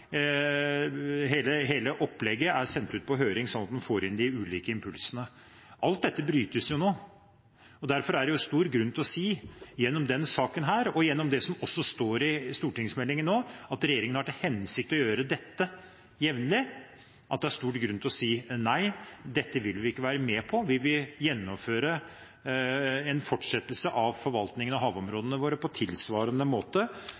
hele opplegget er sendt ut på høring, sånn at man får inn de ulike impulsene. Alt dette brytes jo nå. Derfor er det stor grunn til å si gjennom denne saken og gjennom det som også står i stortingsmeldingen, nemlig at regjeringen har til hensikt å gjøre dette jevnlig, at nei, dette vil vi ikke være med på, vi vil fortsatt gjennomføre forvaltningen av havområdene våre på en tilsvarende måte